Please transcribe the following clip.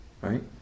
right